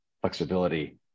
Flexibility